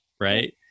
right